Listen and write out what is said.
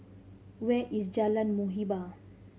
where is Jalan Muhibbah